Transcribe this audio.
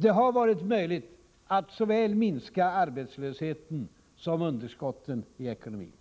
Det har varit möjligt att minska såväl arbetslösheten som underskotten i ekonomin.